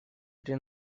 при